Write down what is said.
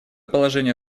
положение